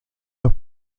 los